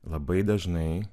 labai dažnai